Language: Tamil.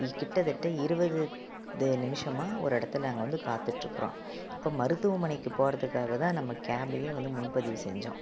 கிட்ட தட்ட இருபது த நிமிஷமாக ஒரு இடத்துல நாங்கள் வந்து காத்துட்டிருக்குறோம் இப்போ மருத்துவமனைக்கு போகிறதுக்காகதான் நம்ம கேபையே வந்து முன் பதிவு செஞ்சோம்